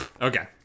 okay